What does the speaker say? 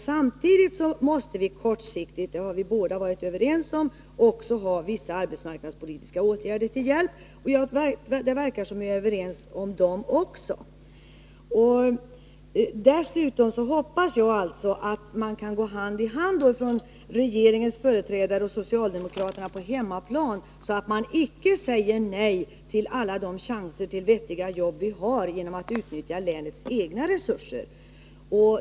Samtidigt måste man tänka sig — det har vi varit överens om — att ha vissa arbetsmarknadspolitiska åtgärder till hjälp. Och det verkar som om vi är överens om dem också. Dessutom hoppas jag att socialdemokraterna på hemmaplan och regeringens företrädare kan gå hand i hand, så att man inte säger nej till alla de chanser till vettiga jobb som finns genom att utnyttja länets egna resurser.